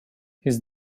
his